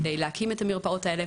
כדי להקים את המרפאות האלה.